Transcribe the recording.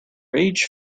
age